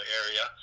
area